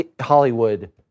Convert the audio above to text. Hollywood